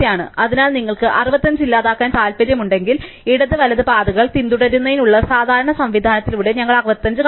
അതിനാൽ നിങ്ങൾക്ക് 65 ഇല്ലാതാക്കാൻ താൽപ്പര്യമുണ്ടെങ്കിൽ ഇടത് വലത് പാതകൾ പിന്തുടരുന്നതിനുള്ള സാധാരണ സംവിധാനത്തിലൂടെ ഞങ്ങൾ 65 കണ്ടെത്തുന്നു